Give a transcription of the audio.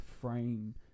frame